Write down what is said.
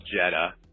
Jetta